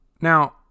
Now